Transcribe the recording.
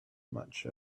much